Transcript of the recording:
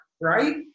right